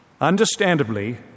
Understandably